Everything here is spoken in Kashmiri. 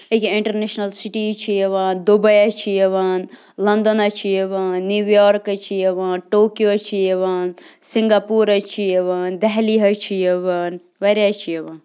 ییٚکیٛاہ اِنٹَرنیشنَل سِٹیٖز چھِ یِوان دُبَے حظ چھِ یِوان لَنٛدَن حظ چھِ یِوان نِو یارٕک حظ چھِ یِوان ٹوکیو حظ چھِ یِوان سِنٛگاپوٗر حظ چھِ یِوان دہلی حظ چھِ یِوان واریاہ حظ چھِ یِوان